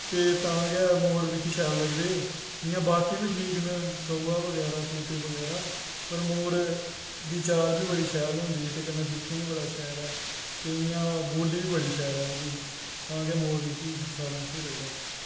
ते तां गै मोर मिगी शैल लगदे इ'यां बाकी बी ठीक न कौआ बगैरा तोते बगैरा पर मोर दा चाल बी बड़ी शैल होंदी ते कन्नै दिक्खने गी बी बड़ा शैल ऐ ते इ'यां बोली बी बड़ी शैल ऐ ओह्दी तां गै मोर मिगी सारें शा शैल लगदा